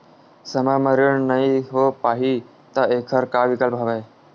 समय म ऋण नइ हो पाहि त एखर का विकल्प हवय?